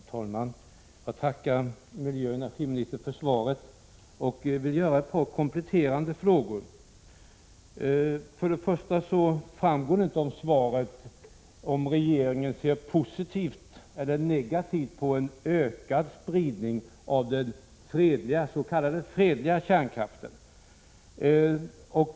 Fru talman! Jag tackar miljöoch energiministern för svaret, och jag vill framställa ett par kompletterande frågor. För det första framgår det inte av svaret om regeringen ser positivt eller negativt på en ökad spridning av s.k. fredlig kärnkraft.